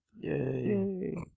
Yay